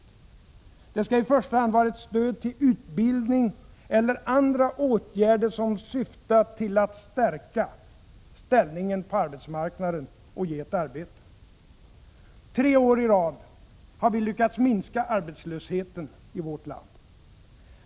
Det skall i första hand vara ett stöd till utbildning eller andra åtgärder som syftar till att stärka ställningen på arbetsmarknaden och ge ett arbete. Tre år i rad har vi lyckats minska arbetslösheten i vårt land.